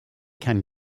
can